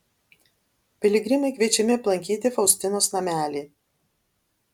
piligrimai kviečiami aplankyti faustinos namelį